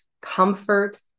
comfort